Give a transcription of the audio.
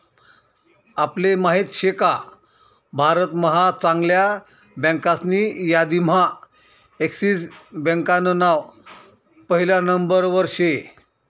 आपले माहित शेका भारत महा चांगल्या बँकासनी यादीम्हा एक्सिस बँकान नाव पहिला नंबरवर शे